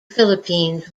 philippines